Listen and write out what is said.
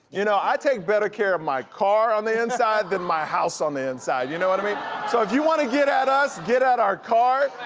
you know, i take better care of my car on the inside than my house on the inside, you know what i mean? so if you wanna get at us, get at our car.